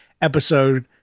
episode